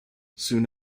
soon